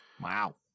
Wow